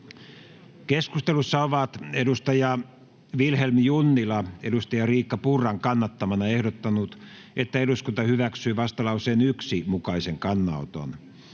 Keskustelussa on Vilhelm Junnila Riikka Purran kannattamana ehdottanut, että eduskunta hyväksyy vastalauseen 1 mukaisen kannanoton.